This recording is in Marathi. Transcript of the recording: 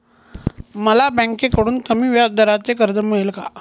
मला बँकेकडून कमी व्याजदराचे कर्ज मिळेल का?